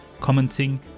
commenting